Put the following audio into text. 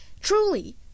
truly